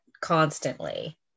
constantly